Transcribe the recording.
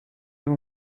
même